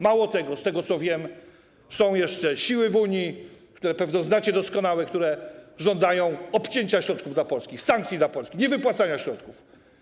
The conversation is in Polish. Mało tego, z tego, co wiem, są jeszcze siły w Unii, które pewnie znacie doskonale, które żądają obcięcia środków dla Polski, sankcji dla Polski, niewypłacania środków.